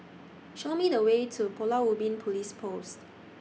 Show Me The Way to Pulau Ubin Police Post